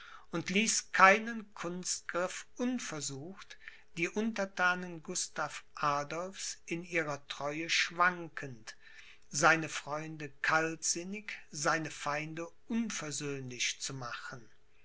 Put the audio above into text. und ließ keinen kunstgriff unversucht die unterthanen gustav adolphs in ihrer treue wankend seine freunde kaltsinnig seine feinde unversöhnlich zu machen